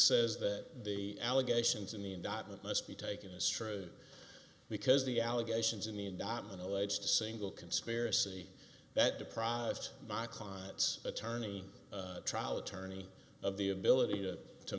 says that the allegations in the indictment must be taken as true because the allegations in the indictment alleged a single conspiracy that deprived my client's attorney trial attorney of the ability to